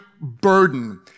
burden